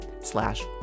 slash